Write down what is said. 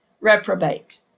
reprobate